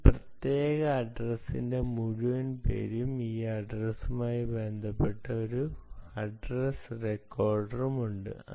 ഈ പ്രത്യേക അഡ്ഡ്രസ്സിന്റെ മുഴുവൻ പേരും ഈ അഡ്ഡ്രസ്സുമായി ബന്ധപ്പെട്ട ഒരു അഡ്രസ് റെക്കോർഡുമുണ്ട്